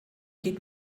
geht